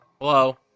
Hello